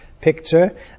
picture